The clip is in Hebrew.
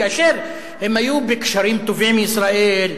כאשר הם היו בקשרים טובים עם ישראל,